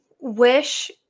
wish